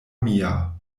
mia